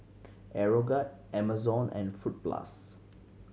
Aeroguard Amazon and Fruit Plus